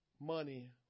money